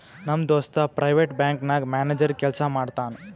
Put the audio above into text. ನಮ್ ದೋಸ್ತ private bank ನಾಗ್ ಮ್ಯಾನೇಜರ್ ಕೆಲ್ಸಾ ಮಾಡ್ತಾನ್